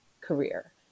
career